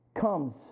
comes